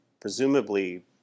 presumably